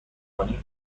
کنی